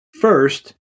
First